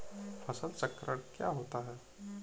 फसल चक्रण क्या होता है?